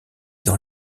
dans